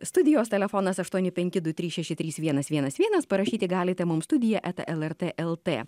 studijos telefonas aštuoni penki du trys šeši trys vienas vienas vienas parašyti galite mums studija eta lrt lt